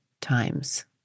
times